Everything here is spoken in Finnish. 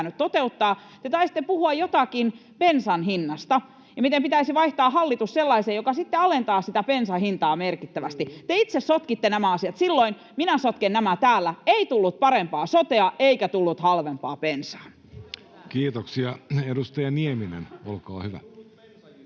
pitänyt toteuttaa. Te taisitte puhua jotakin bensan hinnasta ja siitä, miten pitäisi vaihtaa hallitus sellaiseen, joka sitten alentaa sitä bensan hintaa merkittävästi. Te itse sotkitte nämä asiat silloin, minä sotken nämä täällä. Ei tullut parempaa sotea, eikä tullut halvempaa bensaa. [Tuomas Kettunen: Ei